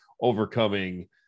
overcoming